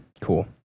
Cool